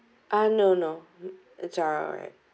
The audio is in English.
uh no no it's alright